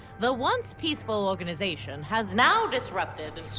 the once peaceful organization has now disrupted.